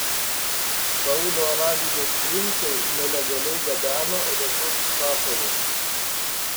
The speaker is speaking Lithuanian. saudo arabijos princai nelegaliai gabeno retus sakalus